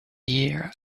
year